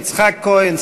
חברי הכנסת יצחק כהן,